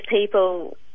people